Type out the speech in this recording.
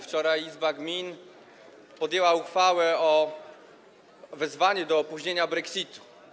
Wczoraj Izba Gmin podjęła uchwałę o wezwaniu do opóźnienia brexitu.